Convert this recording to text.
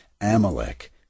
Amalek